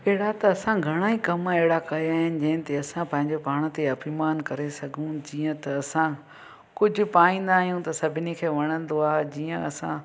अहिड़ा त असां घणा ई कमु अहिड़ा कया आहिनि जंहिं ते असां पंहिंजे पाण ते अभिमान करे सघूं जीअं त असां कुझु पाईंदा आहियूं त सभिनी खे वणंदो आहे जीअं असां